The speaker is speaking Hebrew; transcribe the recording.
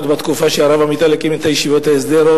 עוד בתקופה שהרב עמיטל הקים את ישיבות ההסדר.